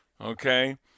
Okay